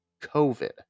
COVID